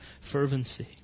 fervency